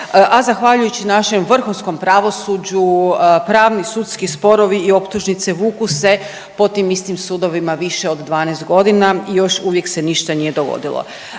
a zahvaljujući našem vrhunskom pravosuđu pravni sudski sporovi i optužnice vuku se po tim istim sudovima više od 12 godina i još uvijek se ništa nije dogodilo.